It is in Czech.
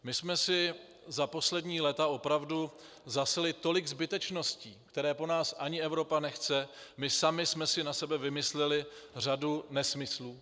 My jsme si za poslední léta opravdu zasili tolik zbytečností, které po nás ani Evropa nechce, my sami jsme si na sebe vymysleli řadu nesmyslů.